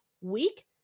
week